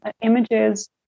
images